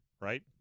right